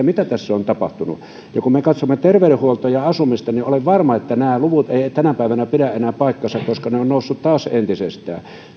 mitä tässä on tapahtunut ja kun me katsomme terveydenhuoltoa ja asumista niin olen varma että nämä luvut eivät tänä päivänä pidä enää paikkansa koska ne ovat nousseet taas entisestään